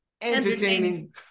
Entertaining